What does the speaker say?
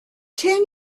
ten